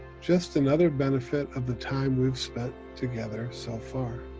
just another benefit of the time we've spent together so far.